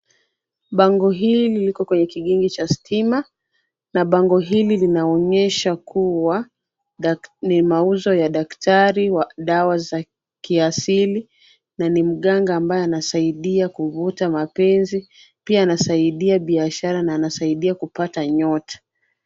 Bangu hii, niliko kwenye kigingi cha Stima, na bango hili linaonyesha kuwa ni mauzo ya daktari wa dawa za kiasili, na ni mganga ambaye anasaidia kuvuta mapenzi pia anasaidia biashara na anasaidia kupata nyota.